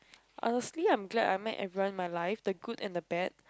honestly I'm glad I met everyone in my life the good and the bad